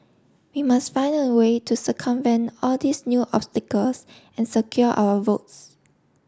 we must find a way to circumvent all these new obstacles and secure our votes